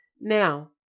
Now